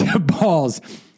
balls